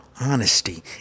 honesty